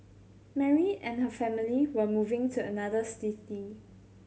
Mary and her family were moving to another city